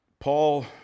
Paul